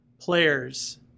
players